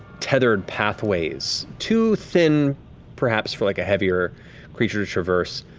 tethered pathways, too thin perhaps for like a heavier creature to traverse,